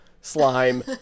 slime